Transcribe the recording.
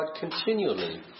continually